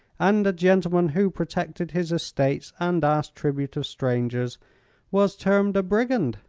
and a gentleman who protected his estates and asked tribute of strangers was termed a brigand,